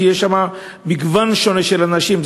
כי יש שם מגוון שונה של אנשים,